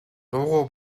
дуугүй